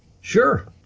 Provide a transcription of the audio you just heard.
Sure